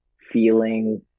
feeling